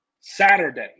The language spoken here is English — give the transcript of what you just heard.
Saturday